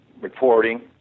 reporting